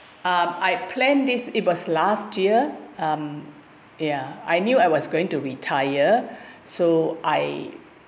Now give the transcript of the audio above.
uh I plan this it was last year um ya I knew I was going to retire so I